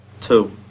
Two